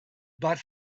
but